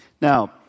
Now